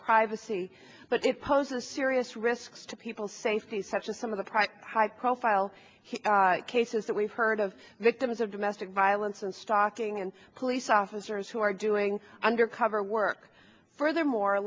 privacy but it's poses a serious risks to people's safety such as some of the private high profile cases that we've heard of victims of domestic violence and stalking and police officers who are doing undercover work furthermore